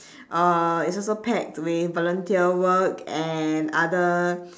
uh it's also packed with volunteer work and other